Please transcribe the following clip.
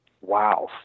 Wow